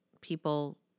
people